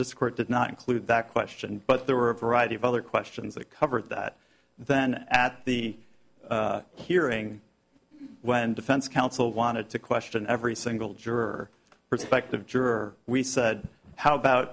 discreet did not include that question but there were a variety of other questions that covered that then at the hearing when defense counsel wanted to question every single juror prospective juror we said how about